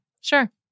Sure